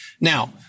Now